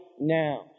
now